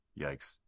Yikes